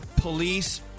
police